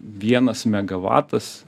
vienas megavatas